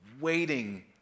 waiting